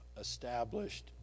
established